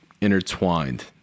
intertwined